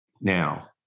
now